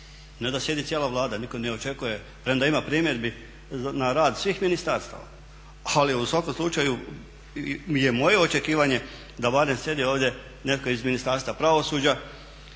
ne da sjedi cijela Vlada, nitko ni ne očekuje, premda ima primjedbi na rad svih ministarstava ali u svakom slučaju je moje očekivanje da barem sjedio ovdje netko iz Ministarstva pravosuđa